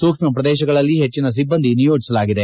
ಸೂಕ್ಷ್ಮಪ್ರದೇಶಗಳಲ್ಲಿ ಹೆಚ್ಚಿನ ಸಿಬ್ಬಂದಿ ನಿಯೋಜಿಸಲಾಗಿದೆ